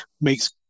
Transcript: makes